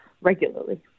regularly